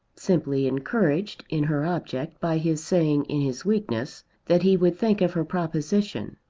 simply encouraged in her object by his saying in his weakness that he would think of her proposition.